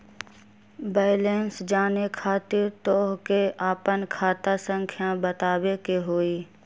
Balance जाने खातिर तोह के आपन खाता संख्या बतावे के होइ?